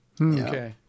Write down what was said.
Okay